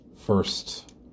first